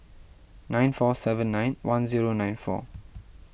nine four seven nine one zero nine four